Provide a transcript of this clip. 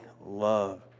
love